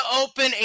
open